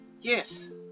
yes